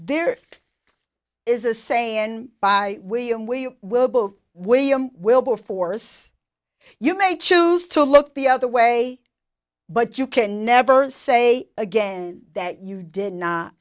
there is a saying and by william we will both william wilberforce you may choose to look the other way but you can never say again that you did not